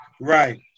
Right